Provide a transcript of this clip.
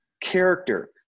character